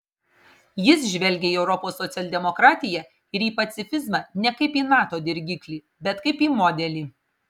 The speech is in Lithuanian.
jis žvelgia į europos socialdemokratiją ir į pacifizmą ne kaip į nato dirgiklį bet kaip į modelį